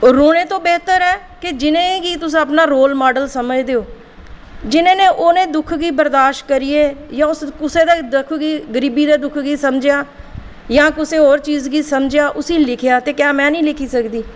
ते रोने कोला बेह्तर ऐ जि'नेंगी तुस अपना रोल मॉडल समझदे ओ जि'नें उस दुख गी बर्दाश्त करियै जां कुसै दे दुख गी गरीबी दे दुख गी समझेआ जां कुसै होर चीज़ गी समझेआ ते उस्सी लिखेआ ते क्या में निं लिखी सकदी